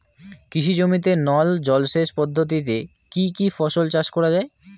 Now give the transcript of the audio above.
কৃষি জমিতে নল জলসেচ পদ্ধতিতে কী কী ফসল চাষ করা য়ায়?